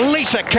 Lisa